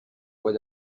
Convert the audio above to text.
voie